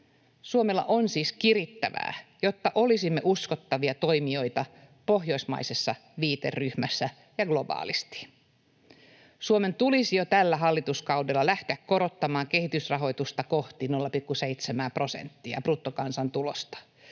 Suomella on siis kirittävää, jotta olisimme uskottavia toimijoita pohjoismaisessa viiteryhmässä ja globaalisti. Suomen tulisi jo tällä hallituskaudella lähteä korottamaan kehitysrahoitusta kohti 0,7:ää prosenttia bruttokansantulosta,